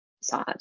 sad